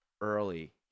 early